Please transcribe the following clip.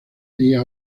día